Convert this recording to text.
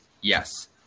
Yes